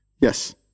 yes